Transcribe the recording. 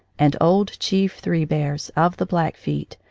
and old chief three bears, of the black feet,